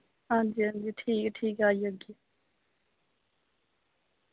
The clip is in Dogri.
हां जी हां जी ठीक ऐ ठीक ऐ आई जाग्गी